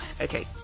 Okay